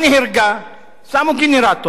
שמו גנרטור, אין חשמל,